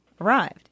arrived